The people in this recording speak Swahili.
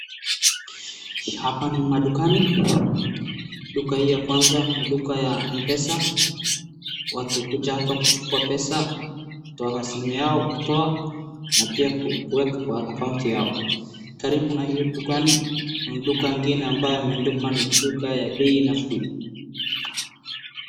Hapa ni madukani. Duka hii ya kwanza ni duka ya mpesa watu ukuja hapa kuchukua pesa kutoka kwa simu yao kutoa na pia kuweka kwa account yao. Karibu na hiyo dukani kuna duka ingine ambaye ameandikwa ni duka ya bei nafuu.